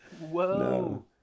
Whoa